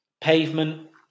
Pavement